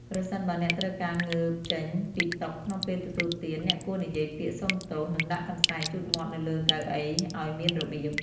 ប្រសិនបើអ្នកត្រូវការងើបចេញពីតុក្នុងពេលទទួលទាន អ្នកគួរនិយាយពាក្យ "សូមទោស" និងដាក់កន្សែងជូតមាត់នៅលើកៅអីឱ្យមានរបៀប។